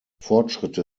fortschritte